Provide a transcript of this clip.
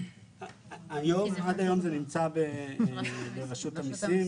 עד היום זה נמצא ברשות המסים.